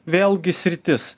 vėlgi sritis